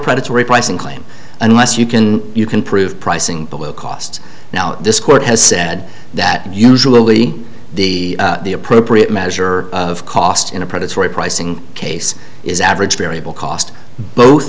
predatory pricing claim unless you can you can prove pricing but will cost now this court has said that usually the appropriate measure of cost in a predatory pricing case is average variable cost both